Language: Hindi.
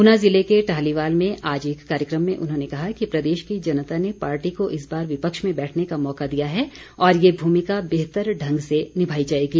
ऊना ज़िले के टाहलीवाल में आज एक कार्यक्रम में उन्होंने कहा कि प्रदेश की जनता ने पार्टी को इस बार विपक्ष में बैठने का मौका दिया है और ये भूमिका बेहतर ढंग से निभाई जाएगी